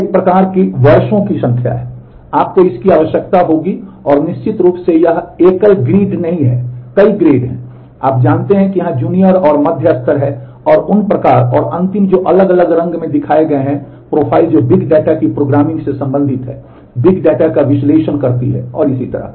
एक प्रकार की वर्षों संख्या है आपको इसकी आवश्यकता होगी और निश्चित रूप से यह एक एकल ग्रिड नहीं है कई ग्रेड हैं आप जानते हैं कि यहां जूनियर और मध्य स्तर हैं और उन प्रकार और अंतिम जो अलग अलग रंग में दिखाए गए हैं प्रोफाइल जो बिग डेटा का विश्लेषण करती है और इसी तरह